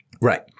Right